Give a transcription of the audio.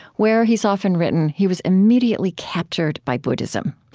where, he has often written, he was immediately captured by buddhism.